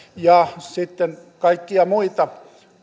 ja sitten kaikkia muita